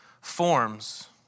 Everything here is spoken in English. forms